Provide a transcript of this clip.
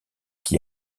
qui